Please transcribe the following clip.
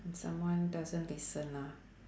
when someone doesn't listen lah